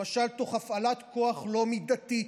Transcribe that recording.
למשל תוך הפעלת כוח לא מידתית,